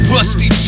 Rusty